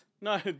No